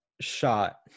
shot